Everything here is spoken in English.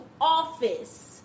office